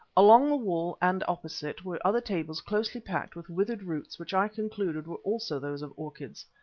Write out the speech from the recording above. along the wall and opposite were other tables closely packed with withered roots which i concluded were also those of orchids.